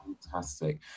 fantastic